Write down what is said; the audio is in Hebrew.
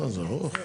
מה, זה ארוך.